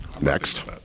Next